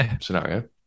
scenario